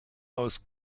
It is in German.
aus